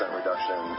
reduction